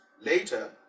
later